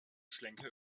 schlenker